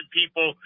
people